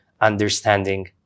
understanding